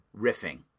riffing